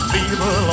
Fever